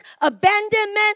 abandonment